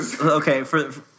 Okay